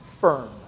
firm